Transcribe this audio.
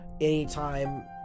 anytime